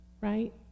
Right